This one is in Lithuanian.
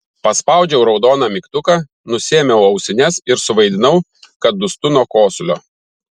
paspaudžiau raudoną mygtuką nusiėmiau ausines ir suvaidinau kad dūstu nuo kosulio